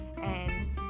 and-